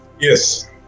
yes